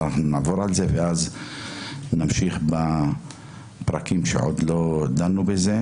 נעבור עליהם ולאחר מכן נמשיך בפרקים שעוד דנו בהם,